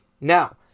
Now